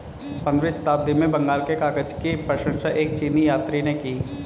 पंद्रहवीं शताब्दी में बंगाल के कागज की प्रशंसा एक चीनी यात्री ने की